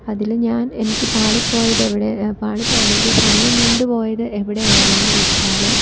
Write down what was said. അതിൽ ഞാൻ എനിക്ക് പാളിപ്പോയത് എവിടെ പാളിപ്പോയ അല്ലങ്കിൽ സമയം നീണ്ട് പോയത് എവിടെയാണെന്ന് വെച്ചാൽ